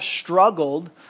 struggled